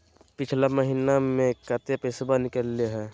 पिछला महिना मे कते पैसबा निकले हैं?